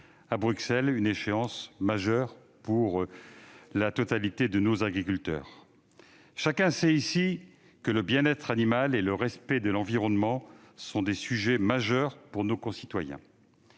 de la PAC, une échéance majeure pour tous nos agriculteurs. Chacun sait ici que le bien-être animal et le respect de l'environnement sont des sujets essentiels pour nos concitoyens.